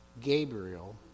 Gabriel